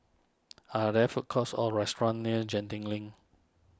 are there food courts or restaurants near Genting Link